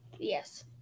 yes